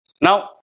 Now